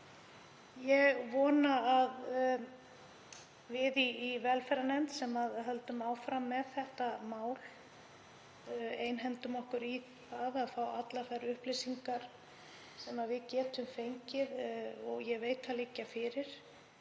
Ég vona að við í velferðarnefnd, sem höldum áfram með þetta mál, einhendum okkur í að fá allar upplýsingar sem við getum fengið. Ég veit að þær liggja fyrir.